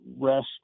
rest